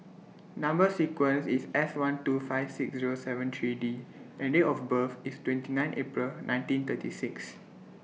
Number sequence IS S one two five six Zero seven three D and Date of birth IS twenty nine April nineteen thirty six